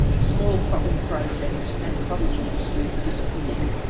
small cropping projects and cottage industries disappeared,